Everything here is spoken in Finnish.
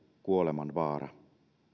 kuolemanvaara